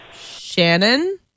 shannon